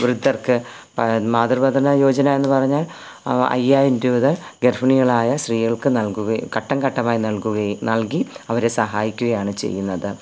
വൃദ്ധർക്ക് മാതൃവന്ദന യോജന എന്നു പറയുന്നത് അയ്യായിരം രൂപ മുതൽ ഗർഭിണികളായ സ്ത്രീകൾക്ക് നൽകുക ഘട്ടം ഘട്ടമായി നൽകുകയും നൽകി അവരെ സഹായിക്കുകയാണ് ചെയ്യുന്നത്